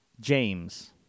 James